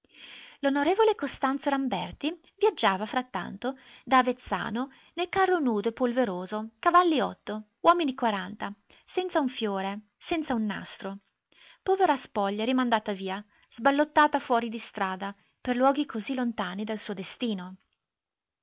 l'on costanzo ramberti viaggiava frattanto da avezzano nel carro nudo e polveroso avalli omini senza un fiore senza un nastro povera spoglia rimandata via sballottata fuori di strada per luoghi così lontani dal suo destino